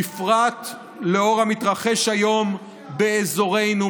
בפרט לנוכח המתרחש היום באזורנו,